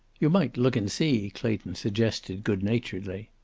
you might look and see, clayton suggested, good-naturedly.